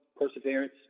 perseverance